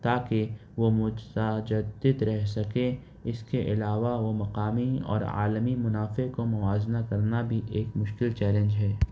تاکہ وہ رہ سکیں اس کے علاوہ وہ مقامی اور عالمی منافع کو موازنہ کرنا بھی ایک مشکل چیلینج ہے